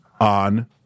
on